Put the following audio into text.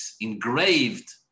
engraved